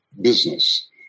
business